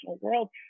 world